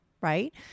right